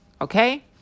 okay